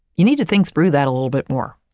you need to think through that a little bit more.